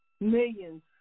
millions